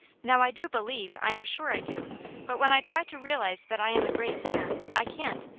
now, i do believe, i am sure i do but when i try to realize that i am a great sinner, i can't,